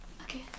Okay